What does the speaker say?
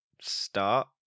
start